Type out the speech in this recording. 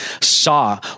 saw